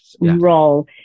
role